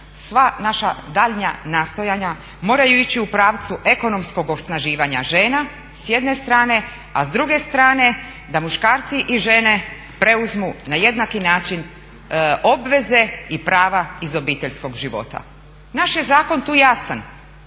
sva naša daljnja nastojanja moraju ići u pravcu ekonomskog osnaživanja žena s jedne strane, a s druge strane da muškarci i žene preuzmu na jednaki način obveze i prava iz obiteljskog života. Naš je zakon tu jasan,